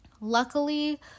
Luckily